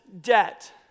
debt